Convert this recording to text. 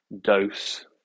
dose